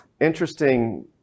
interesting